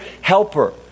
helper